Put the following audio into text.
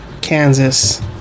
Kansas